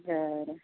बरं